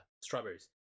strawberries